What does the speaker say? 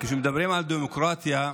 כשמדברים על דמוקרטיה,